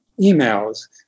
emails